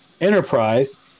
Enterprise